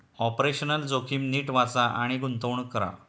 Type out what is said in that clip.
operational जोखीम नीट वाचा आणि गुंतवणूक करा